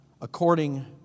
according